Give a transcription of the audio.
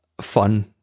fun